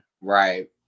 Right